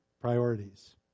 priorities